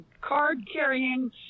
card-carrying